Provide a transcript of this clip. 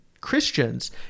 Christians